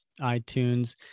iTunes